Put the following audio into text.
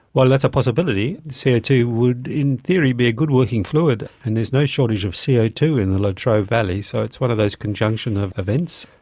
that's a possibility. c o two would in theory be a good working fluid and there's no shortage of c o two in the latrobe valley, so it's one of those conjunctions of events.